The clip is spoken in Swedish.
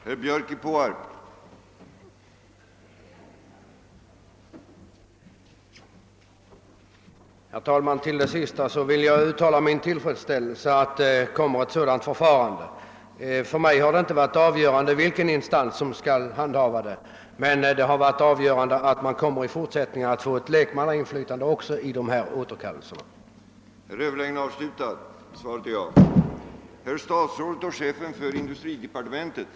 Herr talman! I anledning av det senaste uttalandet vill jag uttrycka min tilfredsställelse över den reform som skall komma till stånd. För mig har det inte varit avgörande vilken instans som skall handha frågan om återkallande av körkort utan viktigare är att man i fortsättningen kommer att få ett lekmannainflytande även i detta avseende samt klarare riktlinjer.